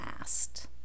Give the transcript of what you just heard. asked